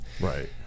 right